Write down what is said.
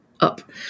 up